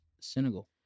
Senegal